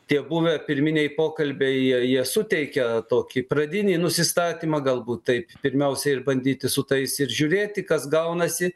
tie buvę pirminiai pokalbiai jie jie suteikia tokį pradinį nusistatymą galbūt taip pirmiausiai ir bandyti su tais ir žiūrėti kas gaunasi